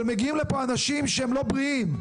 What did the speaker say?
אבל מגיעים לפה אנשים שהם לא בריאים.